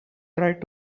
tried